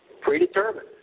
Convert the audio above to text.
predetermined